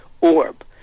orb